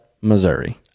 missouri